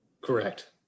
Correct